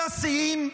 ושיא השיאים,